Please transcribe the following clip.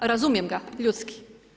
Razumijem ga, ljudski.